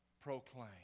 proclaim